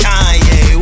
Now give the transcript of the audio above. Kanye